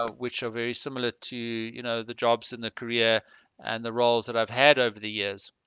ah which are very similar to you know the jobs in the career and the roles that i've had over the years